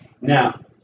Now